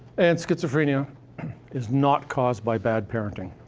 and schizophrenia is not caused by bad parenting.